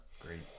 great